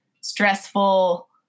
stressful